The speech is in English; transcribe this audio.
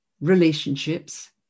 relationships